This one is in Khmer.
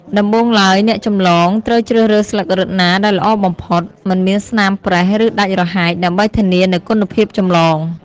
ដំបូងឡើយ អ្នកចម្លងត្រូវជ្រើសរើសស្លឹករឹតណាដែលល្អបំផុត មិនមានស្នាមប្រេះ ឬដាច់រហែក ដើម្បីធានានូវគុណភាពចម្លង។